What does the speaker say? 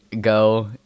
go